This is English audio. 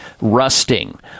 rusting